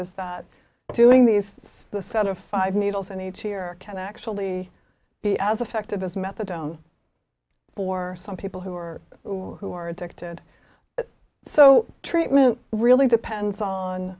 is that doing these set of five needles in each year can actually be as effective as methadone for some people who are who are addicted so treatment really depends on